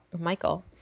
Michael